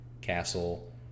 castle